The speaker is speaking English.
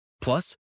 Plus